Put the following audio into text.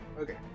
Okay